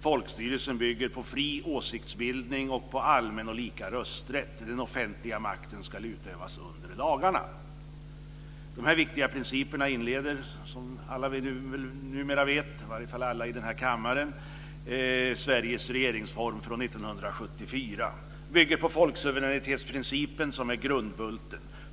Folkstyrelsen bygger på fri åsiktsbildning och på allmän och lika rösträtt. Den offentliga makten ska utövas under lagarna. Dessa viktiga principer inleder som alla väl numera vet, i alla fall alla i den här kammaren, Sveriges regeringensform från 1974. Den bygger på folksuveränitetsprincipen som är grundbulten.